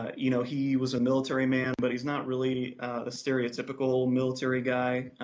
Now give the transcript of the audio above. you know, he was a military man, but he is not really a stereotypical military guy,